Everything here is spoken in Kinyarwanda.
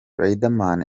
riderman